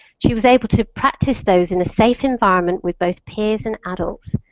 she was able to practice those in a safe environment with both peers and adults.